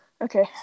Okay